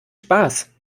spaß